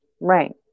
Right